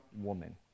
woman